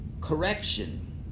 correction